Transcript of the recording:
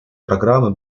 программой